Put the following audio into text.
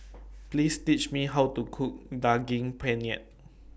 Please Tell Me How to Cook Daging Penyet